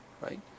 right